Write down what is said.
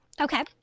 Okay